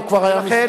הוא כבר היה מסתדר.